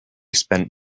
spent